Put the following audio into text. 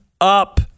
up